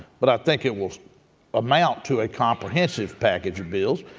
but i think it will amount to a comprehensive package of bills,